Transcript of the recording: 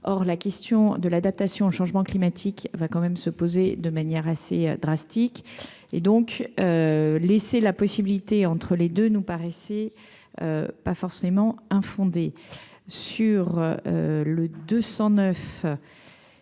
or la question de l'adaptation au changement climatique va quand même se poser de manière assez drastiques et donc laisser la possibilité entre les deux nous paraissait pas forcément infondées sur le 209